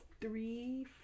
three